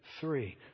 three